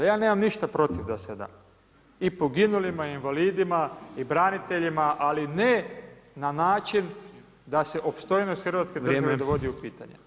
Ja nemam ništa protiv da se da i poginulima i invalidima i braniteljima, ali ne na način da se opstojnost hrvatske države dovodi u pitanje.